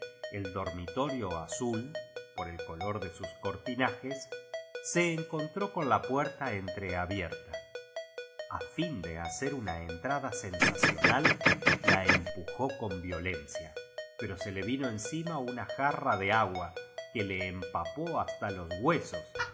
el dor mitorio azul por el color de aus cortinajes se encontró con la puerta entreabierta a fio de hacer una entrada sensacional la empujó con violencia pero se le vino encima una jarra de agua que le empapó basta los huesos